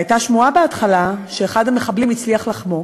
והייתה שמועה בהתחלה שאחד המחבלים הצליח לחמוק.